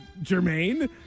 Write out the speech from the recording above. Jermaine